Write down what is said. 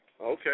Okay